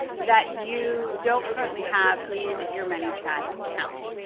that you don't currently have in your manychat account.